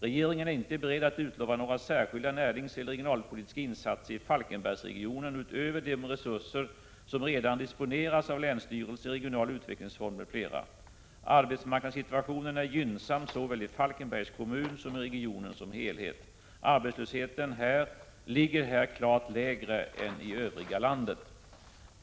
Regeringen är inte beredd att utlova några särskilda näringseller regionalpolitiska insatser i Falkenbergsregionen utöver de resurser som redan disponeras av länsstyrelse, regional utvecklingsfond m.fl. Arbetsmarknadssituationen är gynnsam såväl i Falkenbergs kommun som i regionen som helhet. Arbetslösheten ligger här klart lägre än i övriga landet.